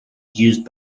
used